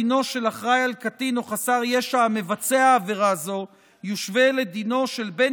דינו של אחראי לקטין או חסר המבצע עבירה זו יושווה לדינו של בן